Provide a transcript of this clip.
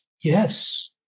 Yes